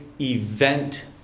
event